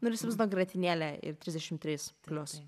nu ir įsivaizduok grietinėlė ir trisdešimt trys plius